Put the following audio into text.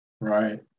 right